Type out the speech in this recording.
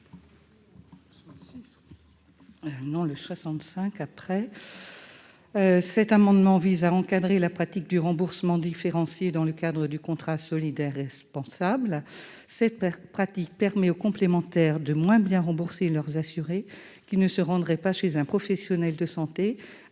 n° 65 rectifié. Cet amendement vise à encadrer la pratique du remboursement différencié dans le cadre du contrat solidaire et responsable. Cette pratique permet aux complémentaires de moins bien rembourser leurs assurés qui ne se rendraient pas chez un professionnel de santé